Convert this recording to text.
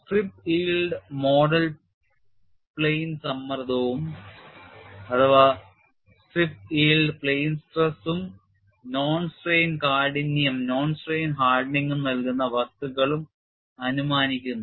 strip yield model plane സമ്മർദ്ദവും non strain കാഠിന്യം നൽകുന്ന വസ്തുക്കളും അനുമാനിക്കുന്നു